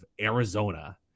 Arizona